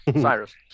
Cyrus